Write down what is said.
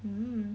um